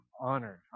honored